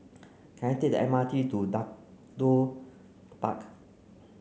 can I take the M R T to Park